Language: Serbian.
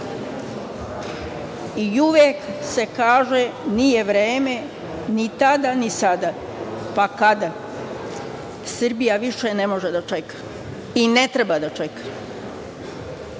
i uvek se kaže – nije vreme, ni tada, ni sada. Pa, kada? Srbija više ne može da čeka i ne treba da